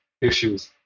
issues